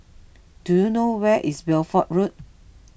do you know where is Bedford Road